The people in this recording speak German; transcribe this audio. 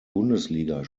bundesliga